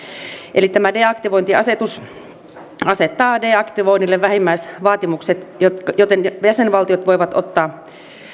eli tämä deaktivointiasetus asettaa deaktivoinnille vähimmäisvaatimukset joten joten jäsenvaltiot voivat ottaa